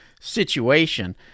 situation